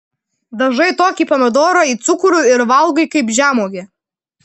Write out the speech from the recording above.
dažai tokį pomidorą į cukrų ir valgai kaip žemuogę